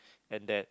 and then